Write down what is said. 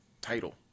title